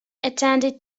attended